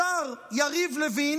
השר יריב לוין